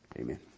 amen